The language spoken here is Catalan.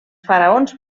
faraons